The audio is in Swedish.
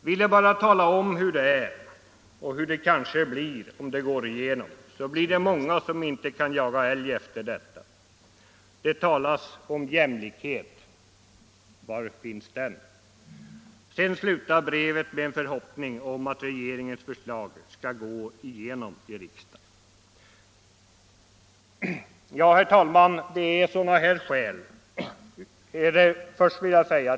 Ville bara tala om hur det är och hur det kanske blir om det går igenom, så blir det många som inte kan jaga älg efter detta. Det talas om jämlikhet, var finns den?” Brevet slutar med en förhoppning om att regeringens förslag skall gå igenom i riksdagen. Herr talman!